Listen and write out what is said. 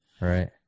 Right